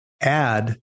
add